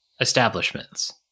establishments